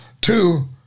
two